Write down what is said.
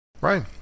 right